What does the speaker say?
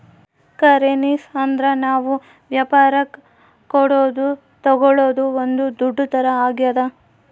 currency ಅಂದ್ರ ನಾವ್ ವ್ಯಾಪರಕ್ ಕೊಡೋದು ತಾಗೊಳೋದು ಒಂದ್ ದುಡ್ಡು ತರ ಆಗ್ಯಾದ